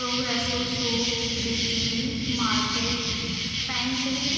progressive soup glycerine market pantry